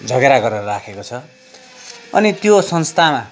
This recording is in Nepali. जगेरा गरेको राखेको छ अनि त्यो संस्थामा